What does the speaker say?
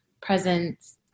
presence